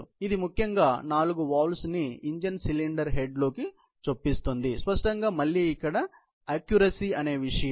కాబట్టి ఇది ముఖ్యముగా నాలుగు వాల్వ్స్ ని ఇంజిన్ సిలిండర్ హెడ్లోకి చొప్పిస్తుంది స్పష్టంగా మళ్ళీ ఇక్కడ ఖచ్చితం అనేది విషయం